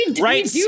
Right